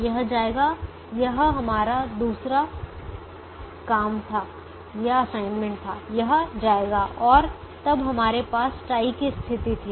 यह जाएगा यह हमारा दूसरा काम था यह जाएगा और तब हमारे पास टाई की स्थिति थी